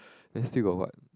then still got what